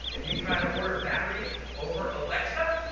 if you try to order batteries over alexa,